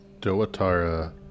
Doatara